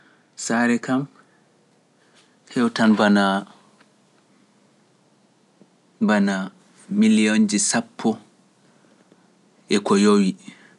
Sare kam hewtan bana miliyonji sappo e e ko yowi (ten million+)